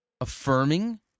affirming